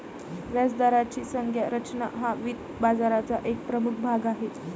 व्याजदराची संज्ञा रचना हा वित्त बाजाराचा एक प्रमुख भाग आहे